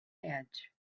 edge